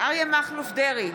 אריה מכלוף דרעי,